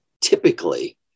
typically